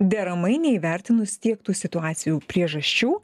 deramai neįvertinus tiek tų situacijų priežasčių